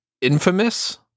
infamous